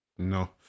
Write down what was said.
no